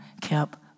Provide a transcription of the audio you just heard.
kept